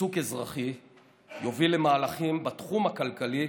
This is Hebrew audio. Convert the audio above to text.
ועיסוק אזרחי יובילו למהלכים בתחום הכלכלי,